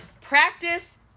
practice